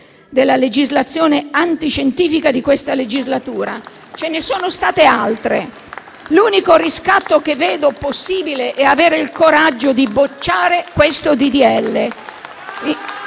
della legislazione anti scientifica di questa legislatura. Ce ne sono state altre. L'unico riscatto che vedo possibile è avere il coraggio di bocciare questo